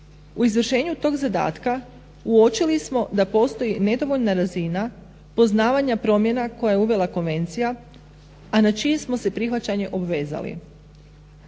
U izvršenju tog zadatka uočili smo da postoji nedovoljna razina poznavanja promjena koje je uvele konvencija a na čije smo se prihvaćanje obvezali.